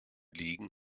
ligen